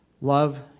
love